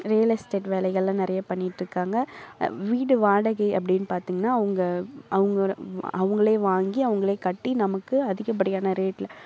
real estate வேலைகளெல்லாம் நிறைய பண்ணிட்டுருக்காங்க வீடு வாடகை அப்படீன்னு பார்த்தீங்கனா அவங்க அவங்களோட அவங்களே வாங்கி அவங்களே கட்டி நமக்கு அதிகப்படியான ரேட்டில்